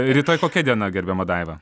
rytoj kokia diena gerbiama daiva